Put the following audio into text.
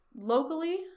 locally